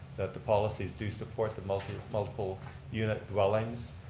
that the policies do support the multiple multiple unit dwellings.